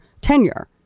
tenure